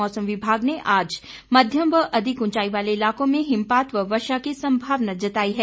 मौसम विभाग ने आज मध्यम व अधिक ऊचाई वाले इलाकों में हिमपात व वर्षा की संभावना जताई है